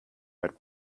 but